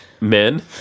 men